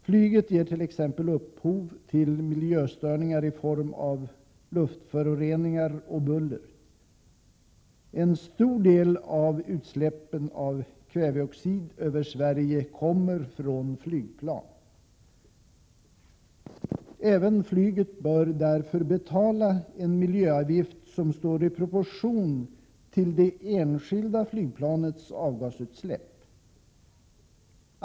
Flyget ger t.ex. upphov till miljöstörningar i form av luftföroreningar och buller. En stor del av utsläppen av kväveoxid över Sverige kommer från flygplan. Även flyget bör därför betala en miljöavgift som står i proportion till det enskilda flygplanets avgasutsläpp.